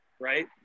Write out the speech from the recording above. right